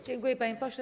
Dziękuję, panie pośle.